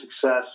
success